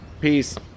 Peace